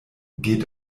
geht